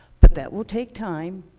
but that will take time,